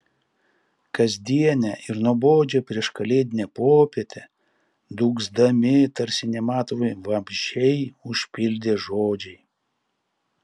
kasdienę ir nuobodžią prieškalėdinę popietę dūgzdami tarsi nematomi vabzdžiai užpildė žodžiai